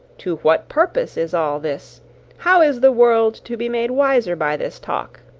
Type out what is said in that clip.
to what purpose is all this how is the world to be made wiser by this talk?